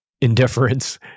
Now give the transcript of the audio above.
indifference